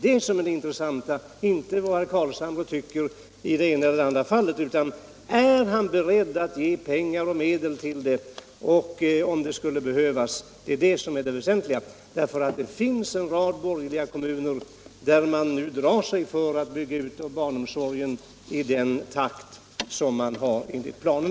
Det intressanta är inte herr Carlshamres bedömningar i det ena eller andra fallet utan om han är beredd att medverka till att medel anslås till detta ändamål, om det skulle behövas. Det finns en rad borgerliga kommuner, där man nu drar sig för att bygga ut barnomsorgen i den takt som planerna anger.